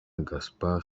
gaspard